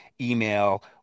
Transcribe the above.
email